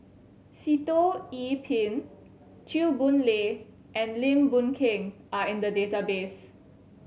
Sitoh Yih Pin Chew Boon Lay and Lim Boon Keng are in the database